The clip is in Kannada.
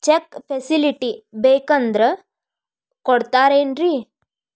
ಚೆಕ್ ಫೆಸಿಲಿಟಿ ಬೇಕಂದ್ರ ಕೊಡ್ತಾರೇನ್ರಿ?